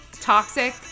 toxic